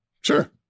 Sure